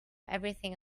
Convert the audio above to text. everything